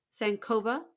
Sankova